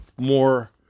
more